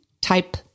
type